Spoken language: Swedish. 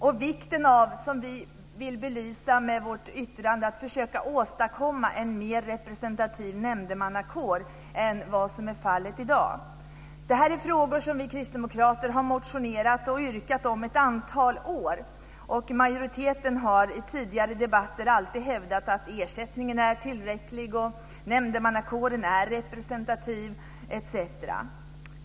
Vi vill med yttrandet belysa vikten av att försöka åstadkomma en mer representativ nämndemannakår än vad som är fallet i dag. Det här är frågor som vi kristdemokrater har motionerat och yrkat om ett antal år. Majoriteten har i tidigare debatter alltid hävdat att ersättningen är tillräcklig, att nämndemannakåren är representativ etc.